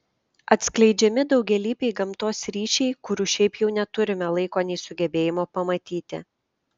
atskleidžiami daugialypiai gamtos ryšiai kurių šiaip jau neturime laiko nei sugebėjimo pamatyti